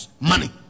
Money